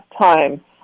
time